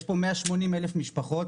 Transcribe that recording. יש פה 180,000 משפחות